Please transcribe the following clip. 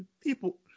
people